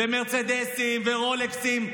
ומרצדסים ורולקסים,